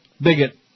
Bigot